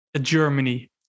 Germany